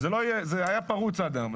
זה היה פרוץ עד היום.